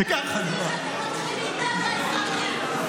זה מהמיסים שאתם לוקחים מאיתנו האזרחים,